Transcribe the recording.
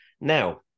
now